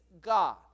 God